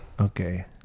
Okay